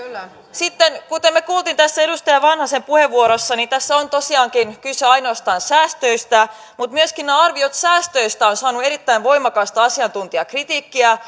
sitten kuten me kuulimme tässä edustaja vanhasen puheenvuorossa niin tässä on tosiaankin kyse ainoastaan säästöistä mutta myöskin nämä arviot säästöistä ovat saaneet erittäin voimakasta asiantuntijakritiikkiä